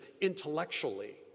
intellectually